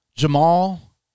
Jamal